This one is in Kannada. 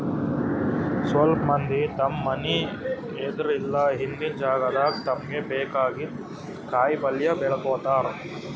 ಸ್ವಲ್ಪ್ ಮಂದಿ ತಮ್ಮ್ ಮನಿ ಎದ್ರ್ ಇಲ್ಲ ಹಿಂದಿನ್ ಜಾಗಾದಾಗ ತಮ್ಗ್ ಬೇಕಾಗಿದ್ದ್ ಕಾಯಿಪಲ್ಯ ಬೆಳ್ಕೋತಾರ್